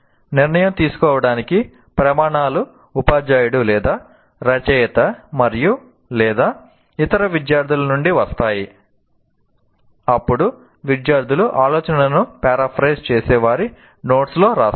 నిర్ణయం తీసుకోవటానికి ప్రమాణాలు ఉపాధ్యాయుడు లేదా రచయిత మరియు లేదా ఇతర విద్యార్థుల నుండి వస్తాయి అప్పుడు విద్యార్థులు ఆలోచనను పారాఫ్రేజ్ చేసి వారి నోట్స్ లో వ్రాస్తారు